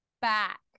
Back